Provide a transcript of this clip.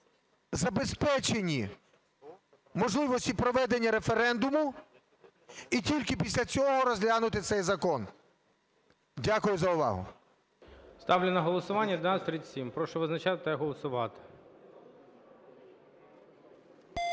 забезпеченні можливості проведення референдуму і тільки після цього розглянути цей закон. Дякую за увагу. ГОЛОВУЮЧИЙ. Ставлю на голосування 1137. Прошу визначатися та голосувати.